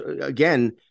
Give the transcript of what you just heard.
again